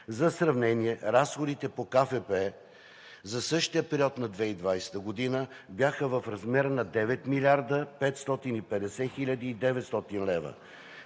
За сравнение разходите по КФП за същия период на 2020 г. бяха в размер на 9 млрд. 550 хил. 900 лв.